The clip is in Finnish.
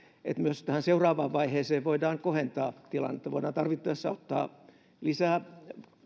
että myös tähän seuraavaan vaiheeseen voidaan kohentaa tilannetta voidaan tarvittaessa ottaa lisää